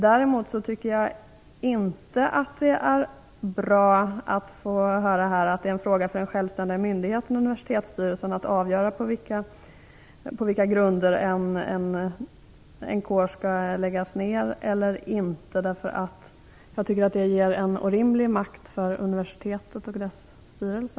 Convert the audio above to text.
Däremot tycker jag inte att det är bra att här få höra att det är en fråga för den självständiga myndigheten, universitetsstyrelsen, att avgöra på vilka grunder en kår inte längre skall vara obligatorisk kår. Jag tycker att det ger en orimlig makt åt universitetets styrelse.